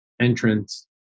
entrance